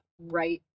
right